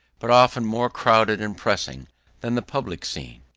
but often more crowded and pressing than the public scene.